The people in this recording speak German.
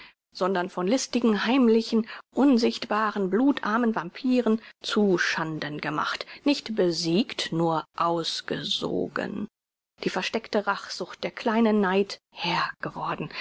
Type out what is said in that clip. sondern von listigen heimlichen unsichtbaren blutarmen vampyren zu schanden gemacht nicht besiegt nur ausgesogen die versteckte rachsucht der kleine neid herr geworden